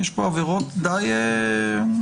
הייתי אומר שיש כאן עבירות די חמורות.